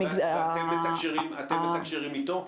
ואתם מתקשרים איתו?